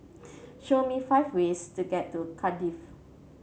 show me five ways to get to Cardiff